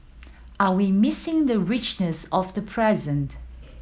are we missing the richness of the present